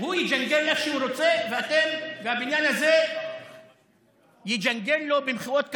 הוא יג'נגל איך שהוא רוצה והבניין הזה יג'נגל לו במחיאות כפיים?